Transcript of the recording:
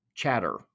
chatter